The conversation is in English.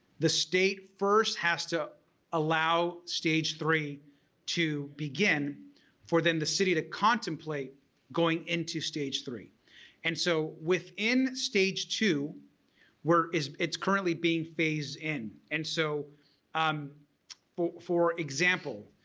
the state first has to allow stage three to begin for then the city to contemplate going into stage three and so within stage two where it's currently being phased in. and so um but for example,